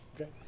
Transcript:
Okay